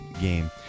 game